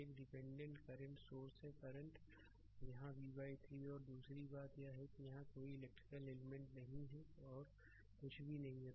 एक और dependent current source है करंट यहाँ v 3 है और दूसरी बात यह है कि यहाँ कोई इलेक्ट्रिकल एलिमेंट नहीं है और कुछ भी नहीं है